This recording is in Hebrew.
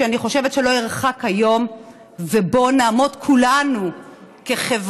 שאני חושבת שלא ירחק היום שבו נעמוד כולנו כחברה,